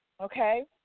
okay